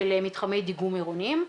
של מתחמי דיגום עירוניים.